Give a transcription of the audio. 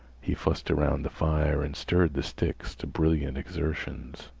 he fussed around the fire and stirred the sticks to brilliant exertions.